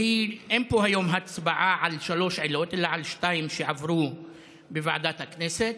אין פה היום הצבעה על שלוש עילות אלא על השתיים שעברו בוועדת הכנסת.